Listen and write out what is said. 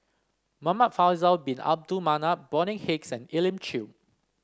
Muhamad Faisal Bin Abdul Manap Bonny Hicks and Elim Chew